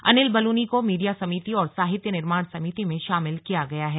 अनिल बलूनी को मीडिया समिति और साहित्य निर्माण समिति में शामिल किया गया है